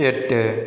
எட்டு